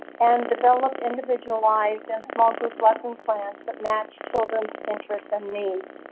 and develop individualized and small group lesson plans that match children's interests and needs.